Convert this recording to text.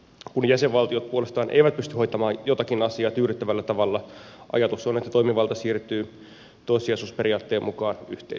kun jäsenvaltiot puolestaan eivät pysty hoitamaan jotakin asiaa tyydyttävällä tavalla ajatus on että toimivalta siirtyy toissijaisuusperiaatteen mukaan yhteisölle